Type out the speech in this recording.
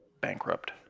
bankrupt